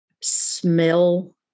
smell